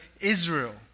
Israel